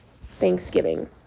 Thanksgiving